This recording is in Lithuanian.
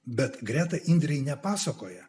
bet greta indrei nepasakoja